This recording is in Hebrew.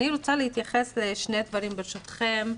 אני רוצה להתייחס לשני דברים, ברשותכם,